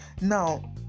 Now